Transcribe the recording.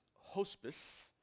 hospice